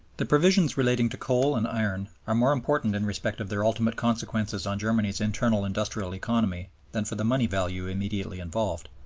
provisions relating to coal and iron are more important in respect of their ultimate consequences on germany's internal industrial economy than for the money value immediately involved.